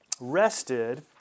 rested